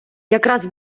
якраз